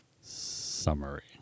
summary